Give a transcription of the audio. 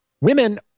women